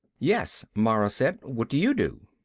yes, mara said. what do you do?